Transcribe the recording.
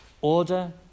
order